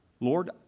Lord